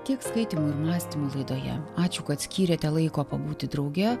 tiek skaitymų ir mąstymų laidoje ačiū kad skyrėte laiko pabūti drauge